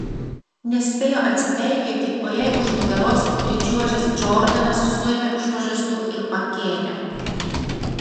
nespėjo atsipeikėti o jai už nugaros pričiuožęs džordanas suėmė už pažastų ir pakėlė